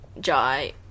Jai